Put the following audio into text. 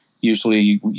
Usually